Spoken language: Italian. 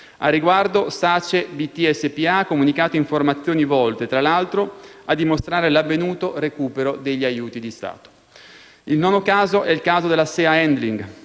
Al riguardo, SACE BT SpA ha comunicato informazioni volte, tra l'altro, a dimostrare l'avvenuto recupero degli aiuti di Stato. Il nono caso è quello della Sea Handling: